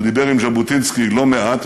הוא דיבר עם ז'בוטינסקי לא מעט,